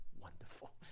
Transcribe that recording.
Wonderful